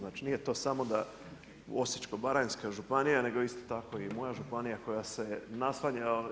Nije to samo da Osječko-baranjska županija, nego isto tako i moja županija koja se naslanja.